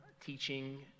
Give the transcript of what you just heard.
teaching